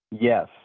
Yes